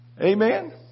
Amen